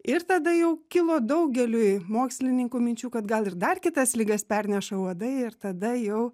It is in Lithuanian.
ir tada jau kilo daugeliui mokslininkų minčių kad gal ir dar kitas ligas perneša uodai ir tada jau